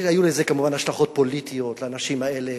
שהיו לזה כמובן השלכות פוליטיות על האנשים האלה.